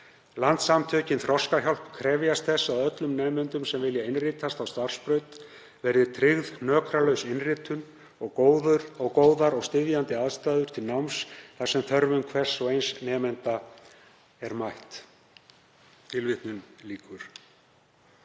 Landssamtökin Þroskahjálp krefjast þess að öllum nemendum sem vilja innritast á starfsbraut verði tryggð hnökralaus innritun og góðar og styðjandi aðstæður til náms þar sem þörfum hvers og eins nemanda er mætt.“ Herra